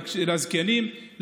לזקנים,